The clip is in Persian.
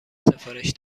سفارش